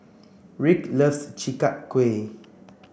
Rick loves Chi Kak Kuih